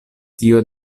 tio